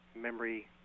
memory